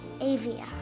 Avia